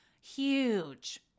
huge